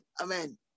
amen